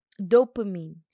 dopamine